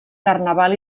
carnaval